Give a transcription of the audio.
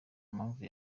mpamvu